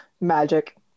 magic